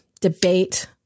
debate